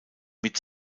mit